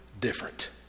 different